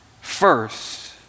first